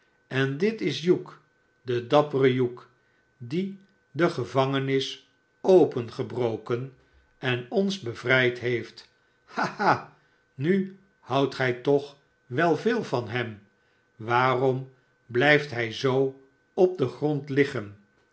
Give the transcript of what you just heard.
en dit is hugh de dappere hugh die de gevangems opengebroken en ons bevrijd heeft ha ha nu houdt gij toch wel veel van hem waarom blijft hij zoo op den grond liggen